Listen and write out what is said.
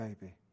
baby